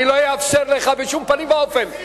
אני לא אאפשר לך בשום פנים ואופן.